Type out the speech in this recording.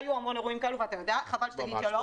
היו המון אירועים כאלה, ואתה יודע, חבל שתגיד שלא.